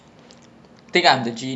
!wah! if like that ah err